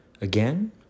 again